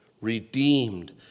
redeemed